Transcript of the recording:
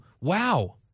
wow